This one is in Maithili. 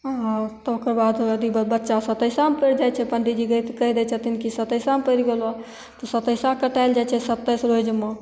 आओर ओकर बाद यदि बच्चा सतैसामे पड़ि जाइ छै पण्डीजी कहि दै छथिन कि सतैसामे पड़ि गेलऽ तऽ सतैसा कटाएल जाइ छै सताइस रोजमे